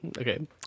Okay